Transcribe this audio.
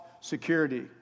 security